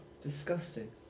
Disgusting